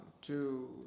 two